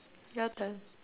your turn